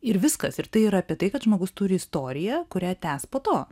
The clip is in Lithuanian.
ir viskas ir tai yra apie tai kad žmogus turi istoriją kurią tęs po to